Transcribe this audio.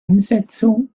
umsetzung